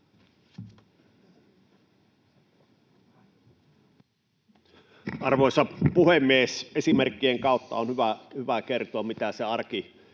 Arvoisa puhemies! Esimerkkien kautta on hyvä kertoa, mitä se arki